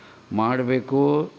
ಮಾಡ್ಬೇಕು